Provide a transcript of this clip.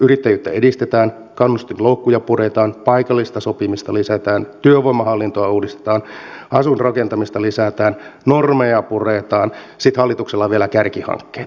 yrittäjyyttä edistetään kannustinloukkuja puretaan paikallista sopimista lisätään työvoimahallintoa uudistetaan asuinrakentamista lisätään normeja puretaan ja sitten hallituksella on vielä kärkihankkeet